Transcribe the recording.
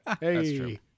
Hey